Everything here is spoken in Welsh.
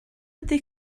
ydy